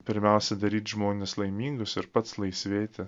pirmiausia daryt žmones laimingus ir pats laisvėti